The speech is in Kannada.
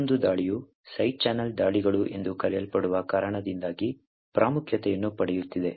ಇನ್ನೊಂದು ದಾಳಿಯು ಸೈಡ್ ಚಾನೆಲ್ ದಾಳಿಗಳು ಎಂದು ಕರೆಯಲ್ಪಡುವ ಕಾರಣದಿಂದಾಗಿ ಪ್ರಾಮುಖ್ಯತೆಯನ್ನು ಪಡೆಯುತ್ತಿದೆ